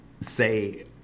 say